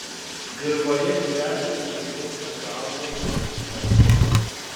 dirvoje gyvena iki virsta suaugėliais ir spragšiai